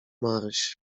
maryś